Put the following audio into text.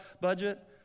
budget